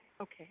Okay